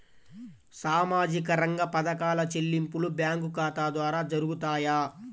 సామాజిక రంగ పథకాల చెల్లింపులు బ్యాంకు ఖాతా ద్వార జరుగుతాయా?